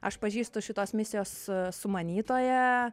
aš pažįstu šitos misijos sumanytoją